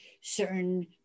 certain